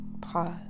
pause